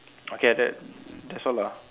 okay that that's all lah